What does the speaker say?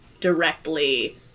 directly